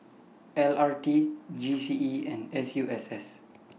L R T G C E and S U S S